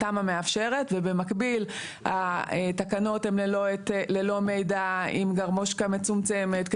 התמ"א מאפשרת ובמקביל התקנות הן ללא מידע עם גרמושקה מצומצמת.